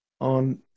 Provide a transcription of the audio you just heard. on